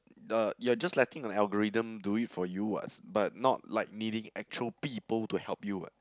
the you're just letting the algorithm do it for you what but not like needing actual people to help you what